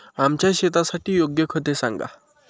आमच्या शेतासाठी योग्य खते सांगा